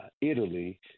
Italy